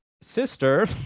sister